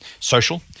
Social